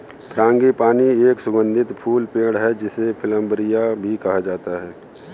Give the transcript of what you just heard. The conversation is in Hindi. फ्रांगीपानी एक सुगंधित फूल पेड़ है, जिसे प्लंबरिया भी कहा जाता है